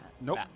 Nope